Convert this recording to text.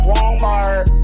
Walmart